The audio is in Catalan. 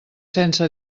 sense